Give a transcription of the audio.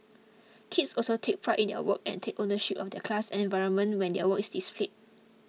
kids also take pride in their work and take ownership of their class environment when their work is displayed